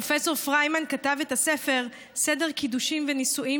פרופ' פריימן כתב את הספר "סדר קידושין ונישואין",